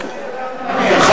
אני מבקש לתקן, לא, לא, הצבעת נגד.